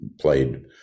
played